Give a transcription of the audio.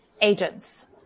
agents